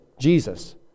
Jesus